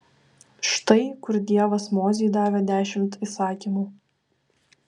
štai kur dievas mozei davė dešimt įsakymų